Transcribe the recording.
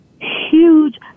huge